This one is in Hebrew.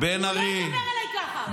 הוא לא ידבר אליי ככה.